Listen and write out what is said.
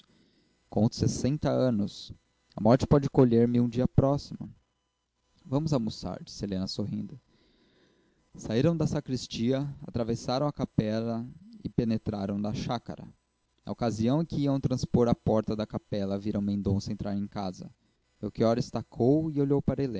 conto sessenta anos a morte pode colher me um dia próximo vamos almoçar disse helena sorrindo saíram da sacristia atravessaram a capela e penetraram na chácara na ocasião em que iam transpor a porta da capela viram mendonça entrar em casa melchior estacou e olhou para helena